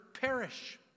perish